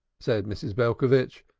said mrs. belcovitch,